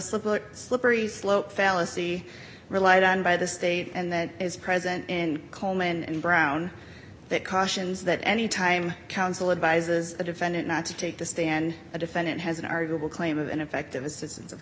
the slippery slope fallacy relied on by the state and that is present in coleman and brown that cautions that any time counsel advises the defendant not to take the stand a defendant has an arguable claim of ineffective assistance of